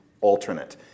alternate